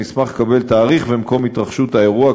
נשמח לקבל תאריך ואת מקום התרחשות האירוע,